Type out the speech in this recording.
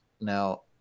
Now